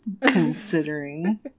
considering